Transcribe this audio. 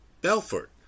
Belfort